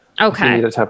Okay